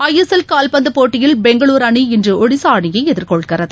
ஐ S L ஊல்பந்துப் போட்டியில் பெங்களூருஅணி இன்றுஒடிஷாஅணியைஎதிர்கொள்கிறது